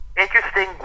Interesting